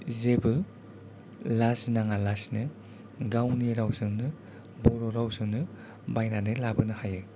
जेबो लाजिनाङा लासिनो गावनि रावजोंनो बर' रावजोंनो बायनानै लाबोनो हायो